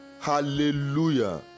Hallelujah